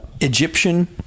Egyptian